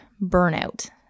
burnout